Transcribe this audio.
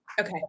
Okay